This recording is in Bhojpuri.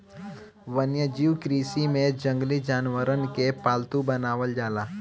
वन्यजीव कृषि में जंगली जानवरन के पालतू बनावल जाला